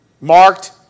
marked